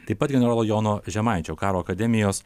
taip pat generolo jono žemaičio karo akademijos